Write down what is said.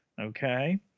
okay